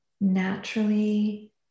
naturally